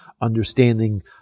understanding